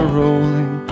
rolling